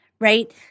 right